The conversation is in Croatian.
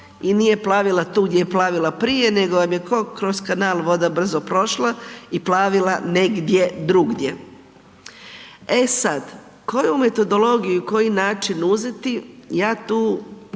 i nije plavila tu gdje je plavila prije, nego vam je ko kroz kanal voda brzo prošla i plavila negdje drugdje. E sad, koju metodologiju i koji način uzeti, ja tu